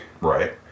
Right